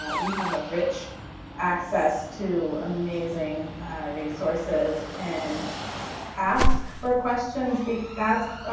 ah you have a rich access to amazing resources and ask for questions be asked.